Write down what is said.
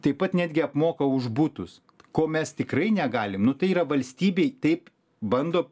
taip pat netgi apmoka už butus ko mes tikrai negalim nu tai yra valstybei taip bando